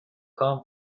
کام